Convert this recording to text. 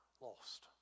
lost